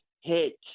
hit